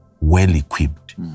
well-equipped